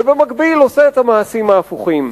ובמקביל עושה את המעשים ההפוכים.